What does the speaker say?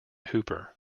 hooper